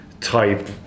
type